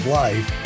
life